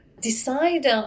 decide